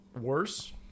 worse